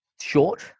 short